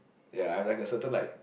ya I've like a certain like